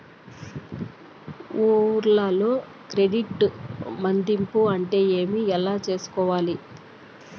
ఊర్లలో క్రెడిట్ మధింపు అంటే ఏమి? ఎలా చేసుకోవాలి కోవాలి?